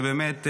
שבאמת,